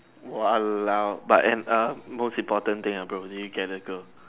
!walao! but and um most important thing bro did you get the girl